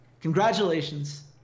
congratulations